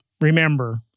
Remember